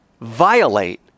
violate